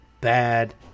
bad